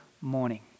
morning